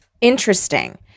interesting